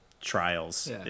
trials